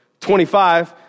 25